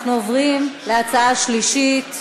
אנחנו עוברים להצעה השלישית: